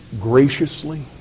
graciously